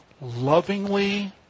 lovingly